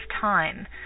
time